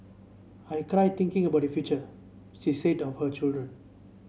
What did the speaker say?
I cry thinking about their future she said of her children